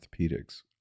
orthopedics